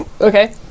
Okay